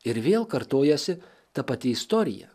ir vėl kartojasi ta pati istorija